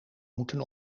moeten